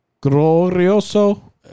glorioso